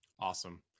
Awesome